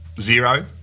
Zero